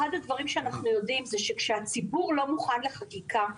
אחד הדברים שאנחנו יודעים הוא שכאשר הציבור לא מוכן לחקיקה,